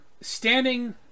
Standing